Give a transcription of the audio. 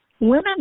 Women